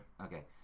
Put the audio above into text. Okay